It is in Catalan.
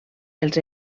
els